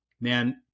man—